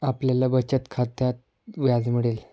आपल्याला बचत खात्यात व्याज मिळेल